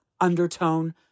undertone